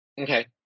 Okay